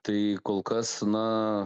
tai kol kas na